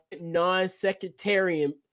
non-sectarian